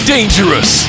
Dangerous